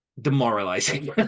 Demoralizing